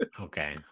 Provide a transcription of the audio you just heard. Okay